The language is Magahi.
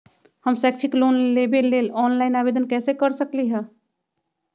हम शैक्षिक लोन लेबे लेल ऑनलाइन आवेदन कैसे कर सकली ह?